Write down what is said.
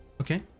Okay